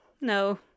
No